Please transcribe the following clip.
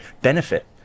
benefit